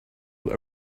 will